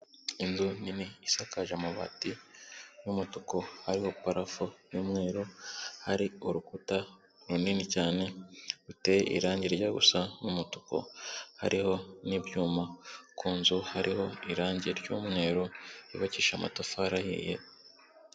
Inzu nini isakaje amabati y'umutuku hariho parafo y'umweru, hari urukuta runini cyane ruteye irangi rijya gusa n'umutuku, hariho n'ibyuma, ku nzu hariho irangi ry'umweru yubakisha amatafari ahiye.